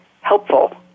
helpful